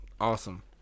awesome